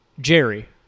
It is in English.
Jerry